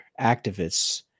activists